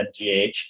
MGH